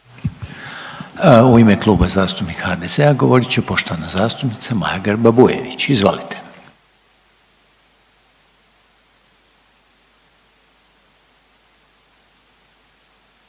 U ime Kluba zastupnika HDZ-a govorit će poštovana zastupnica Maja Grba Bujević, izvolite.